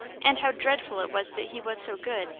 and how dreadful it was that he was so good,